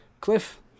Cliff